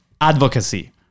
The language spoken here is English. Advocacy